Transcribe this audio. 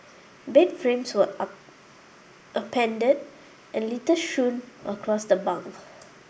bed frames were upended and litter strewn across the bunk